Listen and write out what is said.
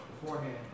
beforehand